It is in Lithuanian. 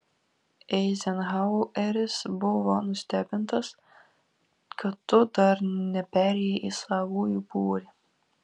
eizenhaueris buvo nustebintas kad tu dar neperėjai į savųjų būrį